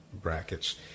brackets